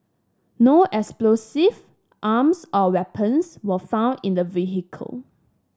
no explosive arms or weapons were found in the vehicle